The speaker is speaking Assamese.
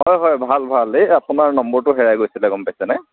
হয় হয় ভাল ভাল এই আপোনাৰ নম্বৰটো হেৰাই গৈছিলে গম পাইছেনে